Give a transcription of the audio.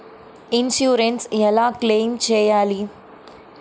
Insurance ఎలా claim చేయాలి?